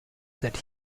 that